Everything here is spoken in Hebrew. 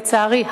לצערי,